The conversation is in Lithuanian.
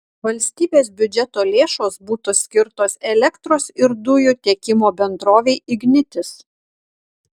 valstybės biudžeto lėšos būtų skirtos elektros ir dujų tiekimo bendrovei ignitis